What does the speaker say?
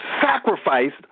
sacrificed